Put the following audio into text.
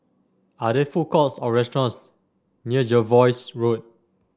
are there food courts or restaurants near Jervois Road